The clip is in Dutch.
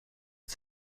een